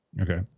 Okay